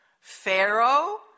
Pharaoh